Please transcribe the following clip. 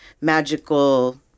magical